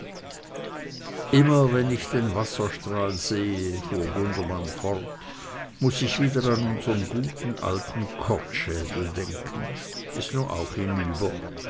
immer wenn ich den wasserstrahl sehe fuhr gundermann fort muß ich wieder an unsern guten alten kortschädel denken is nu auch hinüber